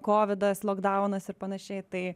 kovidas lokdaunas ir panašiai tai